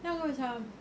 then aku macam